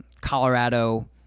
Colorado